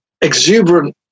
exuberant